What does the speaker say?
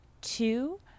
two